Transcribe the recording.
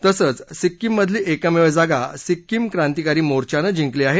तसंच सिक्कीममधली एकमेव जागा सिक्कीम क्रांतीकारी मोर्चाने जिंकली आहे